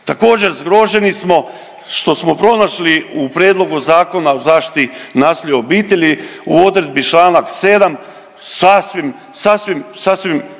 Također zgroženi smo što smo pronašli u Prijedlogu zakona o zaštiti nasilju u obitelji u odredbi članak 7 sasvim, sasvim, sasvim